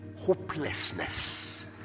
hopelessness